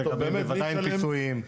שנקבל בוודאי פיצויים.